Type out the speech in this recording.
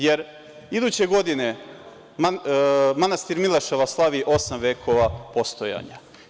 Jer, iduće godine manastir Mileševa slavi osam vekova postojanja.